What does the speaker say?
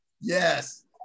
Yes